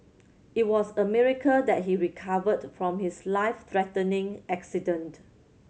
it was a miracle that he recovered from his life threatening accident